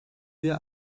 wir